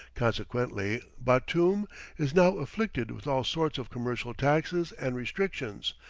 consequently, batoum is now afflicted with all sorts of commercial taxes and restrictions,